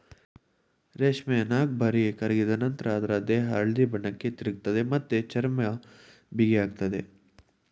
ರೇಷ್ಮೆ ನಾಲ್ಕುಬಾರಿ ಕರಗಿದ ನಂತ್ರ ಅದ್ರ ದೇಹ ಹಳದಿ ಬಣ್ಣಕ್ಕೆ ತಿರುಗ್ತದೆ ಮತ್ತೆ ಚರ್ಮ ಬಿಗಿಯಾಗ್ತದೆ